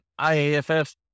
IAFF